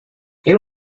era